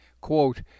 Quote